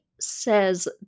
says